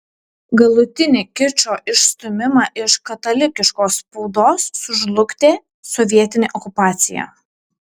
galutinį kičo išstūmimą iš katalikiškos spaudos sužlugdė sovietinė okupacija